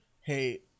Hey